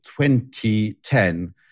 2010